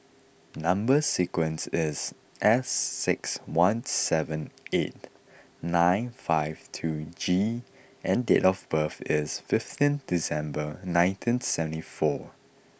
number sequence is S six one seven eight nine five two G and date of birth is fifteen December nineteen seventy four